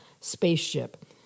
spaceship